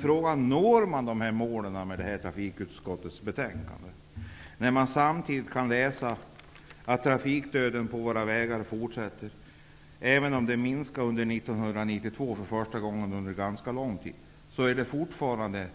Frågan är om vi når dessa mål med detta trafikutskottets betänkande, när man samtidigt kan läsa att trafikdöden på våra vägar fortsätter att vara stor. Även om den minskade under 1992 för första gången på ganska lång tid, dödades